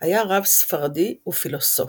היה רב ספרדי ופילוסוף,